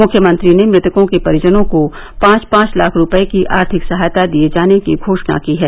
मुख्यमंत्री ने मृतकों के परिजनों को पाँच पाँच लाख रूपये की आर्थिक सहायता दिये जाने की घो ाणा की है